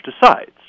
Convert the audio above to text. decides